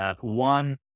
One